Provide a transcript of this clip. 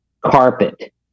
carpet